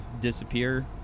disappear